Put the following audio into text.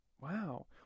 Wow